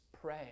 pray